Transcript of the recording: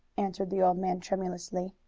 answered the old man tremulously.